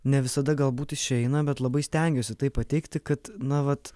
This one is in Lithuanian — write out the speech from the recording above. ne visada galbūt išeina bet labai stengiuosi tai pateikti kad na vat